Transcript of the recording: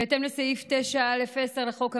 בהתאם לסעיף 9(א)(10) לחוק הממשלה,